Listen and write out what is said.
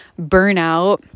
burnout